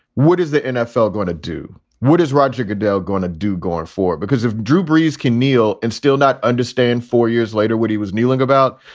what is the nfl going to do? what is roger goodell going to do going forward? because if drew brees can kneel and still not understand four years later what he was kneeling about,